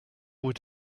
would